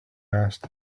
asked